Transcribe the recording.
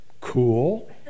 cool